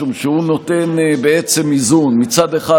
משום שהוא נותן בעצם איזון: מצד אחד,